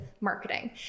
marketing